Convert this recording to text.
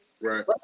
Right